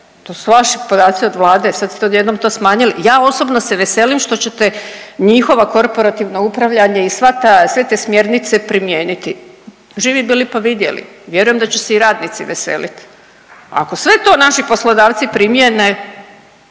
to su vaši podaci, od Vlade, sad ste odjednom to smanjili. Ja osobno se veselim što ćete njihova korporativna upravljanja i sva ta, sve te smjernice primijeniti. Živi bili, pa vidjeli, vjerujem da će se i radnici veselit. Ako sve to naši poslodavci primjene